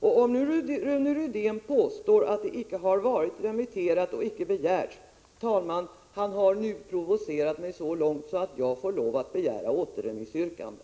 När Rune Rydén nu påstår att frågan icke varit remitterad och att ingen remiss begärts, provocerar han mig så långt att jag får lov att ställa yrkande om återremiss.